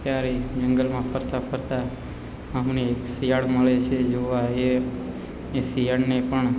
ત્યારે જંગલમાં ફરતા ફરતા અમને એક શિયાળ મળે છે જોવા એ એ શિયાળને પણ